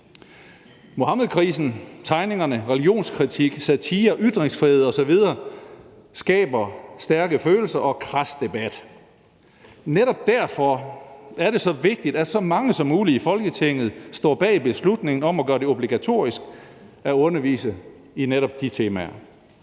Muhammedkrisen, tegningerne, religionskritik, satire, ytringsfrihed osv. skaber stærke følelser og krads debat, og netop derfor er det så vigtigt, at så mange som muligt i Folketinget står bag beslutningen om at gøre det obligatorisk at undervise i netop de temaer.